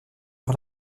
par